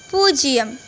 பூஜ்ஜியம்